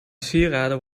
sieraden